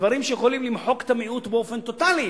דברים שיכולים למחוק את המיעוט באופן טוטלי.